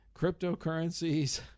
cryptocurrencies